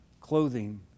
clothing